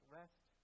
rest